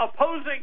Opposing